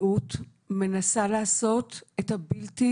הדברים נמצאים על השולחן, ברורים לכולנו.